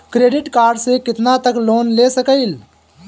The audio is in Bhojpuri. क्रेडिट कार्ड से कितना तक लोन ले सकईल?